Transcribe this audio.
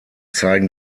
zeigen